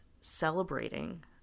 celebrating